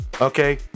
okay